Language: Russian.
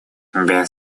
без